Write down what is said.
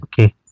Okay